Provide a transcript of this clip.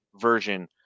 version